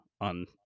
on